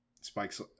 spikes